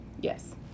Yes